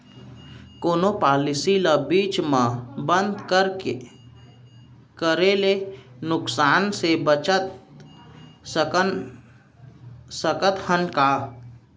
कोनो पॉलिसी ला बीच मा बंद करे ले नुकसान से बचत सकत हन का?